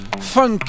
Funk